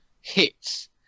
hits